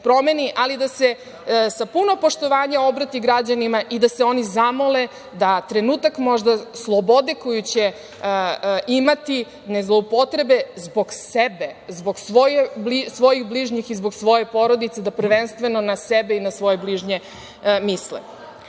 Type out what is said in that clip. ali da se sa puno poštovanja obrati građanima i da se oni zamole da trenutak možda slobode koju će imati ne zloupotrebe, zbog sebe, zbog svojih bližnjih i zbog svoje porodice, da misle prvenstveno na sebe i na svoje bližnje. Na